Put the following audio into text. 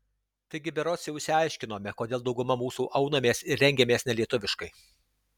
taigi berods jau išsiaiškinome kodėl dauguma mūsų aunamės ir rengiamės nelietuviškai